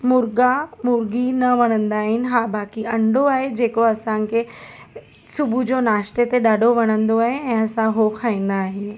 मुर्गा मुर्गी न वणंदा आहिनि हा बाक़ी अंडो आहे जेको असांखे सुबुह जो नाश्ते ते ॾाढो वणंदो आहे ऐं असां हो खाईंदा आहियूं